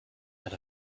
out